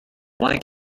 why